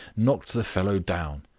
knocked the fellow down.